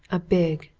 a big,